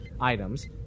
items